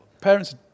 parents